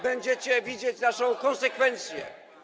Będziecie widzieć naszą konsekwencję.